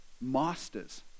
masters